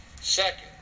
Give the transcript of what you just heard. Second